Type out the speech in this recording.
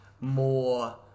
more